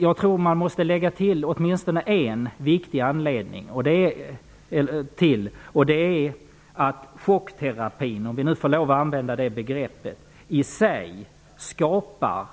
Jag tror att man måste lägga till åtminstone en viktig anledning, och det är att chockterapi -- om vi nu får använda det begreppet -- i sig skapar